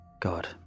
God